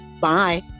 bye